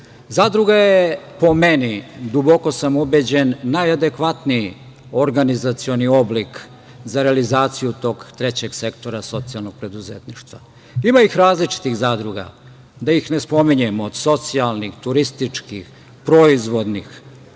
Zadruga je po meni, duboko sam ubeđen, najadekvatniji organizacioni oblik za organizaciju tog trećeg sektora socijalnog preduzetništva. Ima i različitih zadruga, da ih ne spominjem, od socijalnih, turističkih, proizvodnih